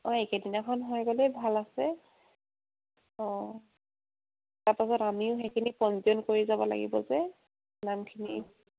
অঁ এইকিইদিনাখন হৈ গ'লেই ভাল আছে অঁ তাৰ পাছত আমিও সেইখিনি পঞ্জীয়ন কৰি যাব লাগিব যে নামখিনি